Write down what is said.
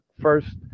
first